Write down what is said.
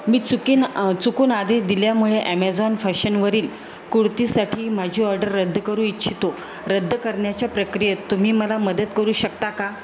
मी चुकीन चुकून आधी दिल्यामुळे ॲमेझॉन फॅशनवरील कुर्तीसाठी माझी ऑर्डर रद्द करू इच्छितो रद्द करण्याच्या प्रक्रियेत तुम्ही मला मदत करू शकता का